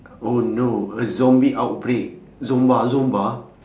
oh no a zombie outbreak zomba zomba